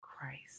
Christ